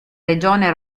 regione